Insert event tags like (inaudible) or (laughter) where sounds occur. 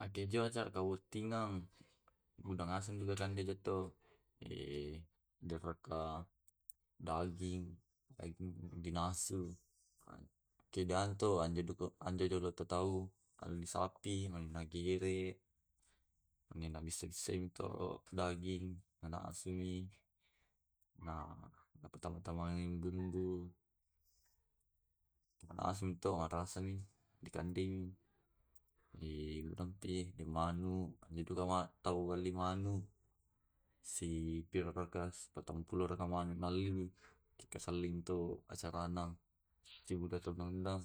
Akejo acara kawutingang, bu da ngaseng juga kande ketto, eh (hesitation) joka ka daging daging dinasu. (noise) kedaintu anja (hesitation) anja dolo (hesitation) to tau alli sapi na digere nabissai bissai nu to daging na nasui (noise) napatama tamaiangi bumbu (noise) (hesitation) nanasumi to marasani dikandemi. (noise) (hesitation) (hesitation) udang pe demanu anja dukama liwatau melli manu (noise) si pararamkas (unintelligible) patampulo ro kapang manu dialli (noise) tikasalling to acarana. Sibudakanna